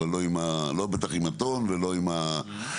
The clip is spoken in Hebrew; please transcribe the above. אבל לא אם לא בטח עם הטון ולא עם הזה,